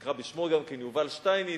נקרא בשמו גם כן, יובל שטייניץ,